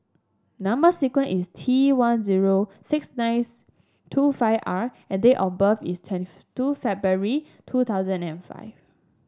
number sequence is T one zero six nice two five R and date of birth is twenty two February two thousand and five